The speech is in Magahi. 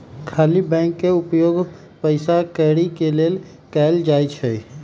खाली बैंक के उपयोग पइसा कौरि के लेल कएल जाइ छइ